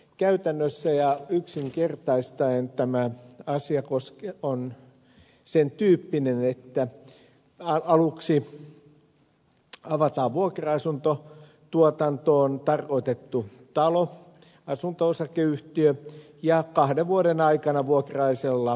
käytännössä ja yksinkertaistaen tämä asia on sen tyyppinen että aluksi avataan vuokra asuntotuotantoon tarkoitettu talo asunto osakeyhtiö ja kahden vuoden aikana vuo tiaisella